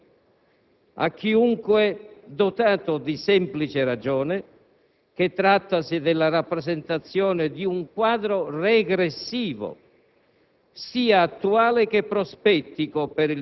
Semmai è del tutto evidente a chiunque dotato di semplice ragione che si tratta della rappresentazione di un quadro repressivo,